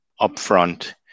upfront